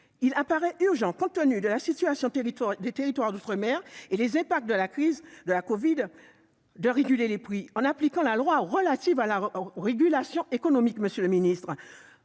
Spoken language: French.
il paraît urgent, compte tenu de la situation des territoires d'outre-mer et des impacts de la crise de la covid-19, de réguler les prix, en appliquant la loi relative à la régulation économique outre-mer.